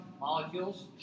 molecules